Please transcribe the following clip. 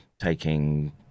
taking